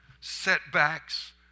setbacks